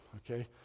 ok?